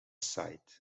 site